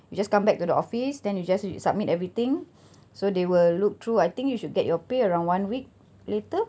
you just come back to the office then you just you submit everything so they will look through I think you should get your pay around one week later